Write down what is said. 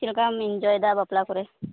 ᱪᱮᱫ ᱞᱮᱠᱟᱢ ᱤᱱᱡᱚᱭ ᱮᱫᱟ ᱵᱟᱯᱞᱟ ᱠᱚᱨᱮ